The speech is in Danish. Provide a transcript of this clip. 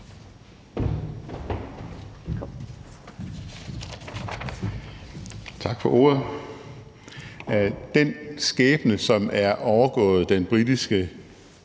Tak for ordet.